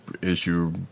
issue